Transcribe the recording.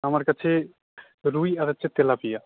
আমার কাছে রুই আর হচ্ছে তেলাপিয়া